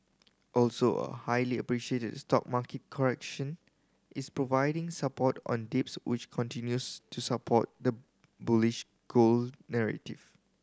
also a highly anticipated stock market correction is providing support on dips which continues to support the bullish gold narrative